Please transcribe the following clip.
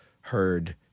heard